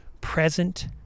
present